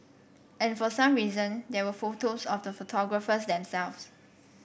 and for some reason there were photos of the photographers themselves